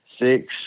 six